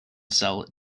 sell